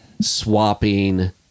swapping